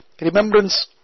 remembrance